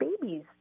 babies